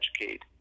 educate